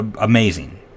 amazing